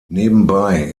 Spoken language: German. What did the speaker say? nebenbei